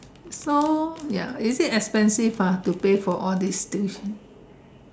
so ya is it expensive ah to pay for all this tuition